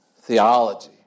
theology